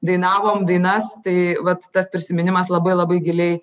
dainavom dainas tai vat tas prisiminimas labai labai giliai